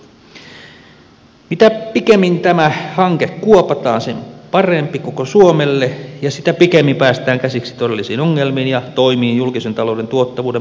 mitä pikemmin tämä hanke kuopataan sen parempi koko suomelle ja sitä pikemmin päästään käsiksi todellisiin ongelmiin ja toimiin julkisen talouden tuottavuuden parantamiseksi